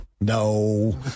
No